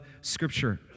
Scripture